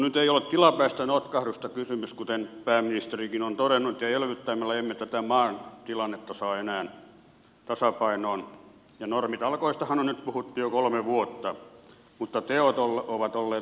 nyt ei ole tilapäisestä notkahduksesta kysymys kuten pääministerikin on todennut ja elvyttämällä emme tätä maan tilannetta saa enää tasapainoon ja normitalkoistahan on nyt puhuttu jo kolme vuotta mutta teot ovat olleet aivan muuta